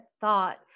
thought